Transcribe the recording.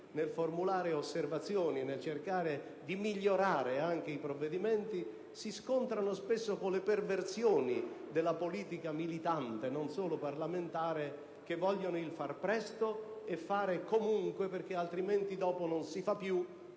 nel formulare osservazioni e nel cercare di migliorare anche i provvedimenti si scontrano spesso con le perversioni della politica militante, non solo parlamentare, che vogliono il far presto e il fare comunque perché altrimenti dopo non si fa più